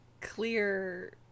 clear